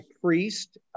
priest